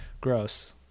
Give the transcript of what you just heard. Gross